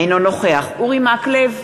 אינו נוכח אורי מקלב,